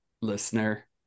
listener